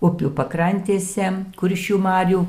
upių pakrantėse kuršių marių